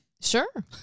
Sure